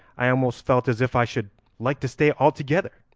i almost felt as if i should like to stay altogether.